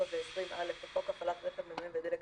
4 ו-20(א) לחוק הפעלת רכב (מנועים ודלק),